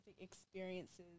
experiences